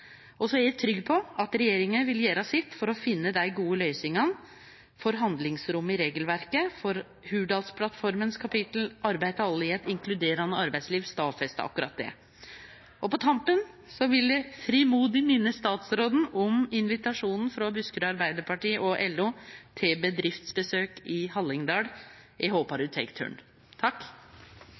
er trygg på at regjeringa vil gjere sitt for å finne dei gode løysingane for handlingsrommet i regelverket, for i kapittelet i Hurdalsplattforma «Arbeid til alle i et inkluderende arbeidsliv» stadfestar dei akkurat det. På tampen vil eg frimodig minne statsråden om invitasjonen frå Buskerud Arbeidarparti og LO til bedriftsbesøk i Hallingdal.